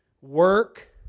work